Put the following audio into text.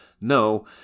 No